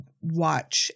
watch